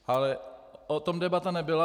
Ale o tom debata nebyla.